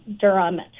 Durham